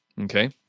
okay